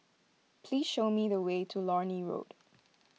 please show me the way to Lornie Road